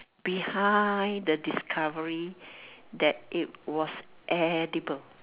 behind the discovery that it was edible